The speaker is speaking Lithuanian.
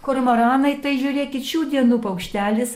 kormoranai tai žiūrėkit šių dienų paukštelis